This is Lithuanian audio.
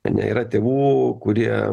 ane yra tėvų kurie